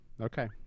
okay